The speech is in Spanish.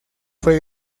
fue